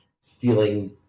stealing